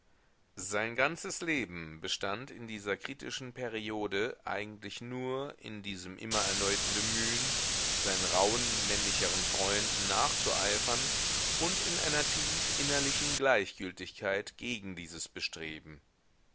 sein ganzes leben bestand in dieser kritischen periode eigentlich nur in diesem immer erneuten bemühen seinen rauhen männlicheren freunden nachzueifern und in einer tief innerlichen gleichgültigkeit gegen dieses bestreben